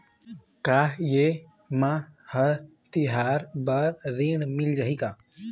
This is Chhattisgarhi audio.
का ये मा हर तिहार बर ऋण मिल जाही का?